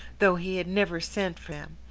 though he had never sent for them,